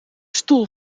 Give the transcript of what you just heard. stoel